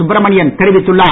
சுப்ரமணியன் தெரிவித்துள்ளார்